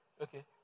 Okay